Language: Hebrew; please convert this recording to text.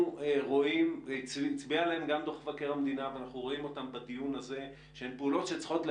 רואים אותן בדיון הזה והצביע עליהן גם דוח מבקר המדינה,